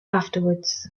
afterwards